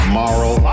moral